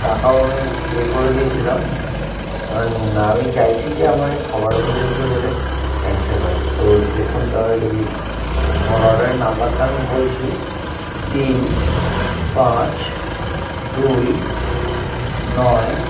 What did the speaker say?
টাকাও আমি পে করে দিয়েছিলাম আমি চাইছি যে আমার এই খাবারগুলি একটু যাতে ক্যান্সেল হয় তো দেখুন দাদা যদি আমার অর্ডারের নাম্বারটা আমি বলছি তিন পাঁচ দুই নয়